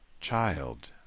child